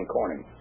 Corning